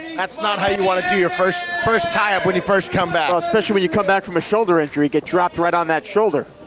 that's not how you want to do your first first tie up when you first come back. especially when you come back from a shoulder injury, get dropped right on that shoulder.